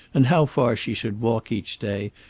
and how far she should walk each day,